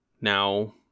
now